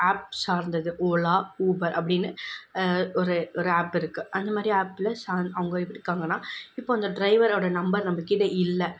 app சார்ந்தது Ola Uber அப்படின்னு ஒரு ஒரு ஆப் இருக்குது அந்த மாதிரி ஆப்பில் சார்ந் அவங்க எப்படி இருக்காங்கன்னால் இப்போ அந்த ட்ரைவரோடய நம்பர் நம்மக்கிட்ட இல்லை